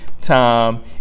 time